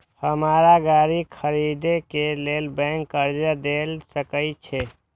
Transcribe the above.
हमरा गाड़ी खरदे के लेल बैंक कर्जा देय सके छे?